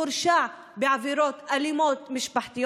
הורשע בעבירות אלימות במשפחה.